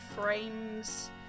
frames